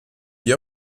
wie